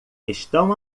estão